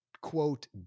quote